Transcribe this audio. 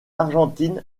argentine